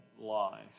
life